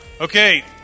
Okay